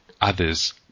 others